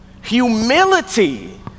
humility